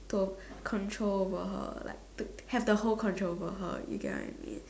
to control over her like to have the whole control over her you get what I mean